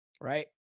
right